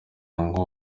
ngo